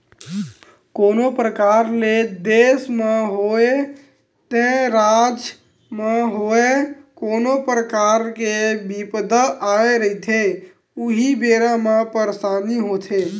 कोनो परकार ले देस म होवय ते राज म होवय कोनो परकार के बिपदा आए रहिथे उही बेरा म परसानी होथे